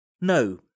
No